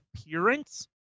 appearance